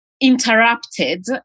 interrupted